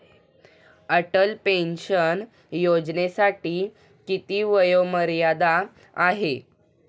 Atal pension योजनेसाठी किती वयोमर्यादा आहे?